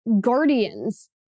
guardians